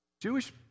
Jewish